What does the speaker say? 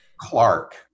Clark